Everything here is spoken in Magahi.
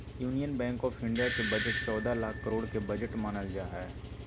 यूनियन बैंक आफ इन्डिया के बजट चौदह लाख करोड के बजट मानल जाहई